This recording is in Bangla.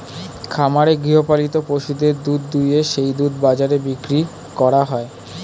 খামারে গৃহপালিত পশুদের দুধ দুইয়ে সেই দুধ বাজারে বিক্রি করা হয়